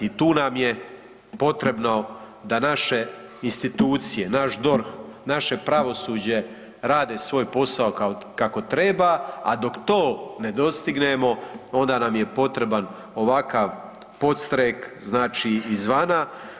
I tu nam je potrebno da naše institucije, naš DORH, naše pravosuđe rade svoj posao kako treba, a dok to ne dostignemo onda nam je potreban ovakav podstrek znači, izvana.